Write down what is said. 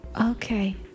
Okay